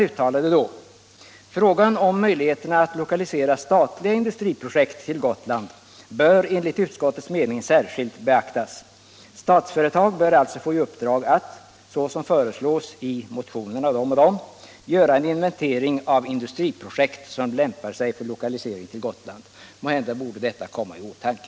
Uttalandet lyder: ”Frågan om möjligheterna att lokalisera statliga industriprojekt till Gotland bör enligt utskottets mening särskilt beaktas. Statsföretag bör alltså få i uppdrag att, så som föreslås i motionerna —-—-—, göra en inventering av industriprojekt som lämpar sig för lokalisering till Gotland.” Måhända borde detta komma i åtanke.